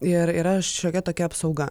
ir yra šiokia tokia apsauga